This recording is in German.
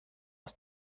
aus